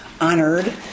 honored